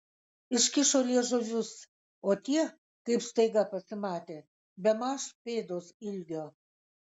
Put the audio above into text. iškišo liežuvius o tie kaip staiga pasimatė bemaž pėdos ilgio